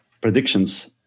predictions